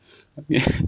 ya